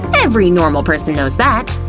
every normal person knows that.